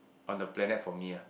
on the planet for me ah